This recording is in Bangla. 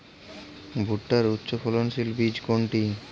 ভূট্টার উচ্চফলনশীল বীজ কোনটি?